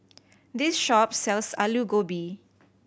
this shop sells Alu Gobi